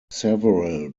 several